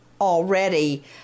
already